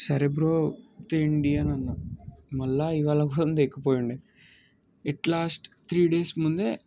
సరే బ్రో తేండి అని అన్నా మళ్ళీ ఇవాళ కూడా తేకపోయుండే ఇట్లా త్రీ డేస్ ముందే